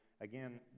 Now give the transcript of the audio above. Again